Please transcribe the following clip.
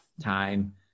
time